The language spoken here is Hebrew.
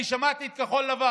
אני שמעתי את כחול לבן